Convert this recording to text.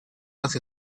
hacia